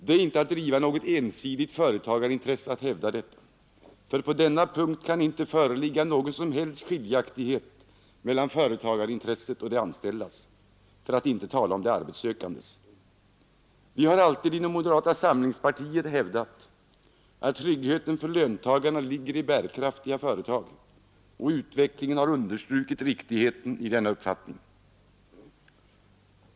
Det är inte att driva något ensidigt företagarintresse att hävda detta, för på denna punkt kan inte föreligga någon som helst skiljaktighet mellan företagarintresset och de anställdas — för att inte tala om de arbetssökandes. Vi har alltid inom moderata samlingspartiet hävdat att tryggheten för löntagarna ligger i bärkraftiga företag, och utvecklingen har understrukit riktigheten i denna uppfattning.